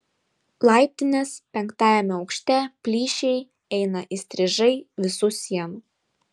laiptinės penktajame aukšte plyšiai eina įstrižai visų sienų